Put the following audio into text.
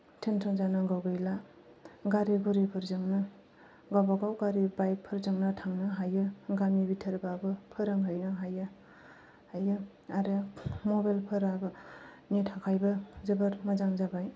थोन थोन जानांगौ गैला गारि गुरिफोरजोंनो गावबा गाव गारि बाइक फोरजोंनो थांनो हायो गामि बिथोरबाबो फोरोंहैनो हायो हायो आरो मबाइल फोराबो निथाखायबो जोबोर मोजां जाबाय